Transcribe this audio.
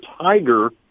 tiger